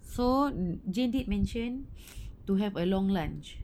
so jay did mention to have a long lunch